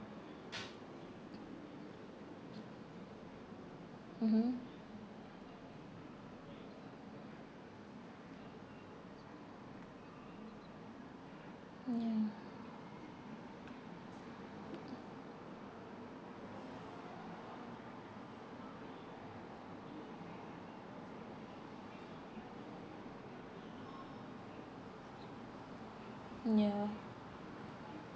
mmhmm ya ya